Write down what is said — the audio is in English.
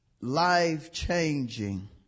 life-changing